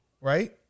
right